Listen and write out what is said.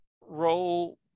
role